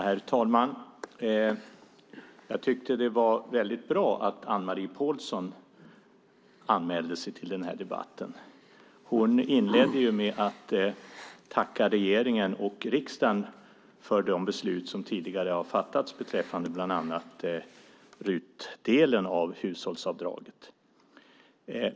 Herr talman! Det var väldigt bra att Anne-Marie Pålsson anmälde sig till den här debatten. Hon inledde med att tacka regeringen och riksdagen för de beslut som tidigare har fattats beträffande bland annat RUT-delen av hushållsavdraget.